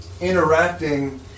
interacting